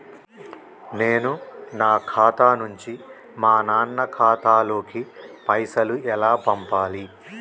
నేను నా ఖాతా నుంచి మా నాన్న ఖాతా లోకి పైసలు ఎలా పంపాలి?